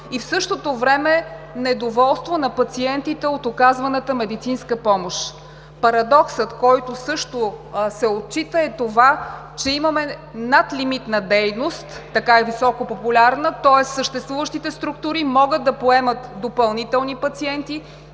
и в същото време недоволство на пациентите от оказваната медицинска помощ. Парадоксът, който също се отчита, е, че имаме надлимитна дейност, така е високопопулярна, тоест съществуващите структури могат да поемат допълнителни пациенти